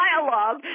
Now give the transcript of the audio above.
dialogue